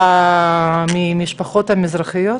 ארגון "חופות", בבקשה.